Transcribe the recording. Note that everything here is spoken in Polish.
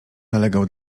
nalegał